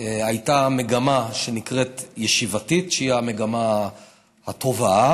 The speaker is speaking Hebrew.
הייתה מגמה שנקראת "ישיבתית", שהיא המגמה הטובה,